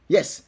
Yes